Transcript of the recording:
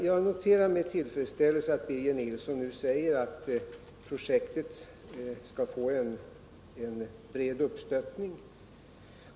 Jag noterar med tillfredsställelse att Birger Nilsson nu säger att projektet skall få en bred uppstöttning.